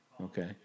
Okay